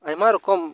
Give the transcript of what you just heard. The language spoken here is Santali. ᱟᱭᱢᱟ ᱨᱚᱠᱚᱢ